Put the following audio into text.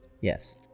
Yes